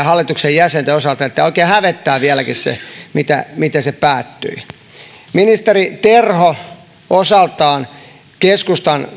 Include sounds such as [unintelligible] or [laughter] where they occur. [unintelligible] hallituksen jäsenten osalta että oikein hävettää vieläkin miten se päättyi ministeri terho osaltaan keskustan